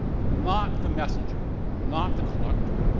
not the messenger, not the collector.